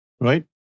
right